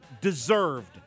deserved